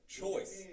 choice